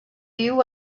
viu